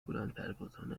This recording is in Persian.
بلندپروازانه